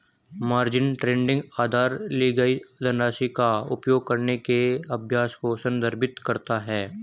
margin trading उधार ली गई धनराशि का उपयोग करने के अभ्यास को संदर्भित करता है